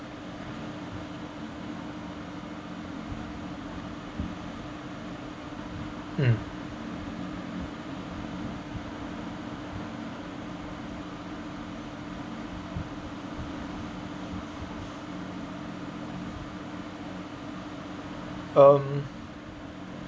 mm um